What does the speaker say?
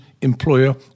employer